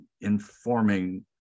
informing